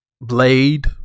Blade